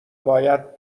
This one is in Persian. باید